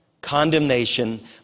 Condemnation